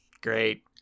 Great